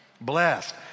Blessed